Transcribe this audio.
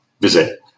visit